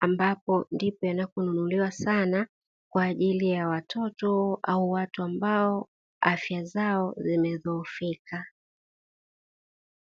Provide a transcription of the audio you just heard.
ambapo ndipo yanapo nunuliwa sana kwa ajili ya watoto au watu ambao afya zao zimedhoofika.